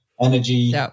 Energy